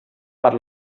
per